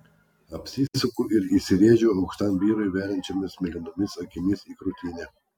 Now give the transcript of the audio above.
apsisuku ir įsirėžiu aukštam vyrui veriančiomis mėlynomis akimis į krūtinę